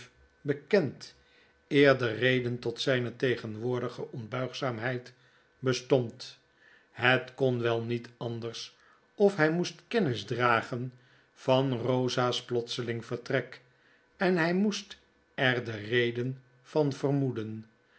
bekend eer de reden tot zgne tegenwoordige onbuigzaamheid bestond het kon wel niet anders of hy moest kennis dragen van rosa's plotseling vertrek en hi moest er de reden van vermoeden